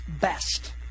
best